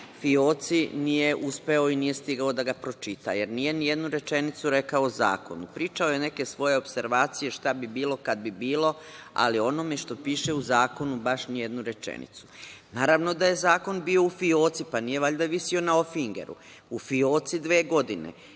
fioci, nije uspeo i nije stigao da ga pročita, jer nije nijednu rečenicu rekao o zakonu. Pričao je neke svoje opservacije, šta bi bilo kad bi bilo, ali o onome što piše u zakonu baš ni jednu rečenicu. Naravno da je zakon bio u fioci. Pa, nije valjda visio na ofingeru? U fioci dve godine.